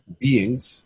beings